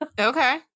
Okay